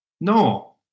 No